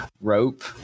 rope